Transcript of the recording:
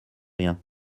rien